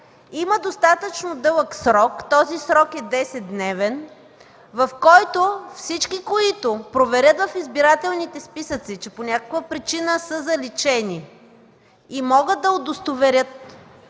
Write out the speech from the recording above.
Има достатъчно дълъг срок –десетдневен, в който всички, които проверят в избирателните списъци, че по някаква причина са заличени и могат да удостоверят,